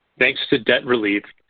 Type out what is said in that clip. thanks to debt relief,